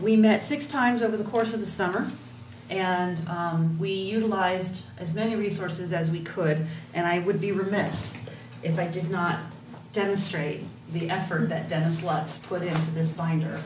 we met six times over the course of the summer and we utilized as many resources as we could and i would be remiss if i did not demonstrate the effort that has lots of this binder